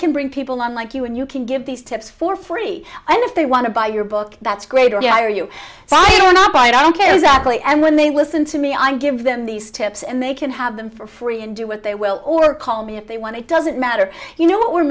can bring people on like you and you can give these tips for free and if they want to buy your book that's great or you are you are not i don't care exactly and when they listen to me i give them these tips and they can have them for free and do what they will or call me if they want it doesn't matter you know what we're